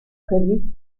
prévue